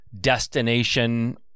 destination